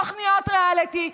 תוכניות ריאליטי,